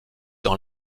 dans